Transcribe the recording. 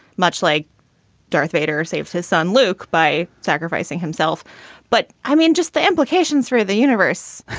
much like darth vader saves his son luke by sacrificing himself but i mean just the implications for the universe.